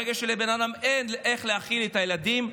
ברגע שלבן אדם אין איך להאכיל את הילדים,